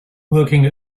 working